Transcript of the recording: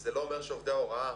זה לא אומר שעובדי ההוראה,